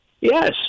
yes